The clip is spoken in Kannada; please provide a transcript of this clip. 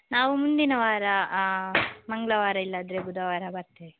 ನಾವು ಮುಂದಿನ ವಾರ ಮಂಗಳವಾರ ಇಲ್ಲಾದರೆ ಬುಧವಾರ ಬರ್ತೇವೆ